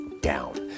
down